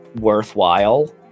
worthwhile